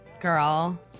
girl